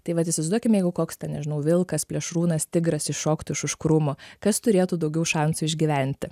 tai vat įsivaizduokim jeigu koks ten nežinau vilkas plėšrūnas tigras iššoktų iš už krūmo kas turėtų daugiau šansų išgyventi